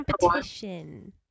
competition